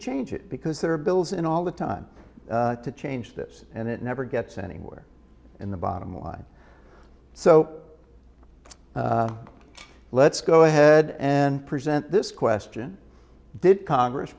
change it because there are bills in all the time to change this and it never gets anywhere in the bottom line so let's go ahead and present this question did congress